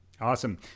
Awesome